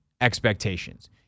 expectations